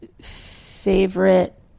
favorite